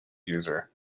user